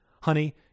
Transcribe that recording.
Honey